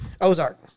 Ozark